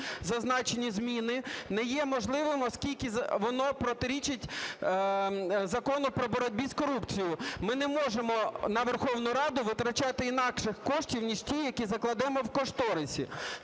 зазначені зміни не є можливим, оскільки воно протирічить Закону про боротьбу з корупцією. Ми не можемо на Верховну Раду витрачати інакших коштів ніж ті, які закладемо в кошторисі.